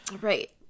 Right